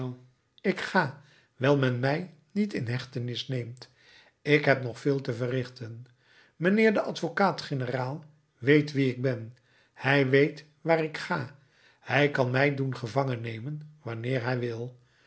ik ga wijl men mij niet in hechtenis neemt ik heb nog veel te verrichten mijnheer de advocaat-generaal weet wie ik ben hij weet waarheen ik ga hij kan mij doen gevangen nemen wanneer hij wil